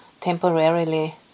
temporarily